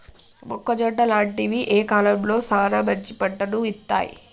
మొక్కజొన్న లాంటివి ఏ కాలంలో సానా మంచి పంటను ఇత్తయ్?